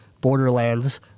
Borderlands